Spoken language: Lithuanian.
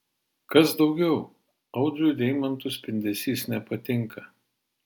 kas daugiau audriui deimantų spindesys nepatinka